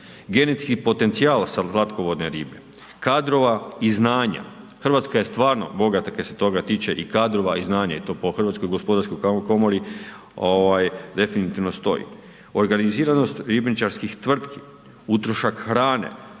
genetski potencijal slatkovodne ribe, kadrova i znanja. Hrvatska je stvarno bogata kaj se toga tiče i kadrova i znanja i to po Hrvatskoj gospodarskoj komori definitivno stoji. Organiziranost ribničarskih tvrtki, utrošak hrane,